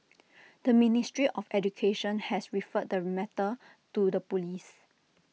the ministry of education has referred the matter to the Police